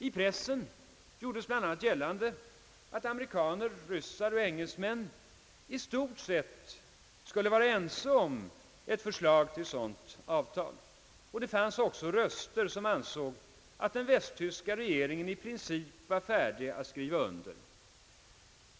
I pressen gjordes bl.a. gällande att amerikaner, ryssar och engelsmän i stort sett skulle vara ense om ett förslag till sådant avtal, och det fanns också röster som hävdade att den västtyska regeringen i princip var redo att skriva under.